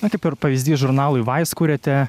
na kaip ir pavyzdys žurnalui vais kuriate